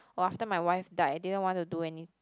oh after my wife died I didn't want to do any